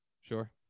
Sure